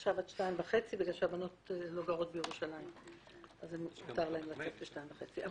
עכשיו עד 14:30 בגלל שהבנות לא גרות בירושלים אז מותר להן לצאת ב14:30.